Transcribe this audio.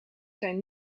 zijn